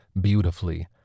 beautifully